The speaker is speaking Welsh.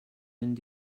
mynd